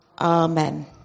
Amen